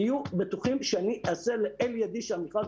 תהיו בטוחים שאני אעשה כל שלאל ידי כדי שהמכרז